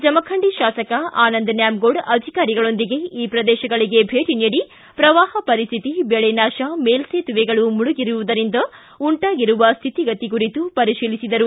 ಜಮಖಂಡಿ ಶಾಸಕ ಆನಂದ ನ್ಯಾಮಗೌಡ ಅಧಿಕಾರಿಗಳೊಂದಿಗೆ ಈ ಪ್ರದೇಶಗಳಿಗೆ ಭೇಟಿ ನೀಡಿ ಪ್ರವಾಹ ಪರಿಸ್ತಿತಿ ಬೆಳೆ ನಾಶ ಮೇಲ್ಲೇತುವೆಗಳು ಮುಳುಗಿರುವುದರಿಂದ ಉಂಟಾಗಿರುವ ಸ್ಥಿತಿಗತಿ ಕುರಿತು ಪರಿಶೀಲಿಸಿದರು